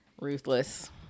ruthless